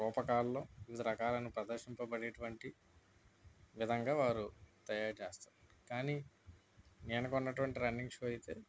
రూపకాలలో వివిధ రకాలను ప్రదర్శింపబడే అటువంటి విధంగా వారు తయారు చేస్తారు కానీ నేను కొన్నటివంటి రన్నింగ్ షూ అయితే